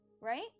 right